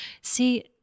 see